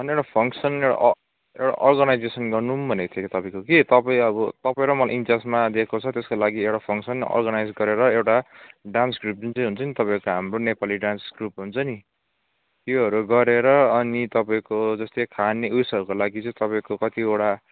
होइन एउटा फङसन एउटा अ एउटा अर्गनाइजेसन गरौ भनेको थिएँ कि तपाईँको कि तपाईँ अब तपाईँ र मलाई इन्चार्जमा दिएको छ त्यसको लागि एउटा फङसन अर्गनाइज गरेर एउटा डान्स ग्रुप जुन चाहिँ हुन्छ नि तपाईँको हाम्रै नेपाली डान्स ग्रुप हुन्छ नि त्योहरू गरेर अनि तपाईँको जस्तै खाने उइसहरूको लागि चाहिँ तपाईँको कतिवटा